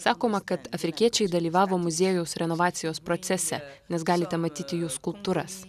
sakoma kad afrikiečiai dalyvavo muziejaus renovacijos procese nes galite matyti jų skulptūras